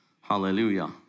hallelujah